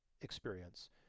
experience